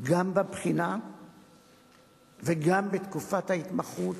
גם בבחינה וגם בתקופת ההתמחות